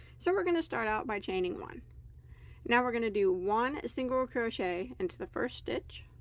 so we're going to start out by chaining one now we're going to do one single crochet into the first stitch